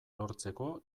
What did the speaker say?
lortzeko